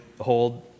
hold